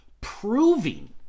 proving